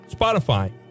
Spotify